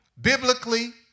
Biblically